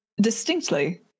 distinctly